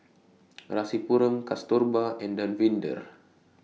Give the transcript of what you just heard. Rasipuram Kasturba and Davinder